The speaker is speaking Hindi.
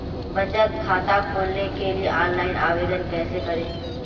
बचत खाता खोलने के लिए ऑनलाइन आवेदन कैसे करें?